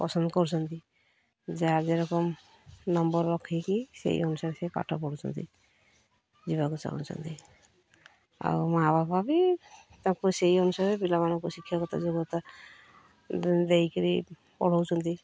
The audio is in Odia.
ପସନ୍ଦ କରୁଛନ୍ତି ଯାହା ଯେରକମ ନମ୍ବର୍ ରଖିକି ସେଇ ଅନୁସାରେ ସେ ପାଠ ପଢ଼ୁଛନ୍ତି ଯିବାକୁ ଚାହୁଁଛନ୍ତି ଆଉ ମାଆ ବାପା ବି ତାଙ୍କୁ ସେଇ ଅନୁସାରେ ପିଲାମାନଙ୍କୁ ଶିକ୍ଷାଗତ ଯୋଗ୍ୟତା ଦେଇକିରି ପଢ଼ାଉଛନ୍ତି